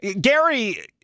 Gary